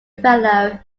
fellow